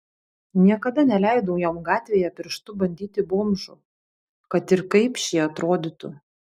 niekada neleidau jam gatvėje pirštu badyti bomžų kad ir kaip šie atrodytų